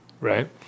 Right